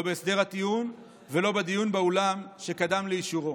לא בהסדר הטיעון ולא בדיון באולם, שקדם לאישורו".